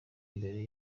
mbere